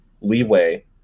leeway